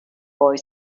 boy